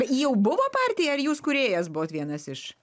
jau buvo partija ar jūs kūrėjas buvot vienas iš